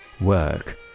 work